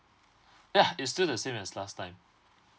yeah it's still the same as last time